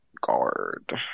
guard